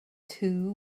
too